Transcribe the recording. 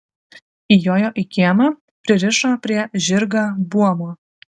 įjojo į kiemą pririšo prie žirgą buomo